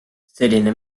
selline